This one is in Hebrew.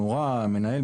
מנהל,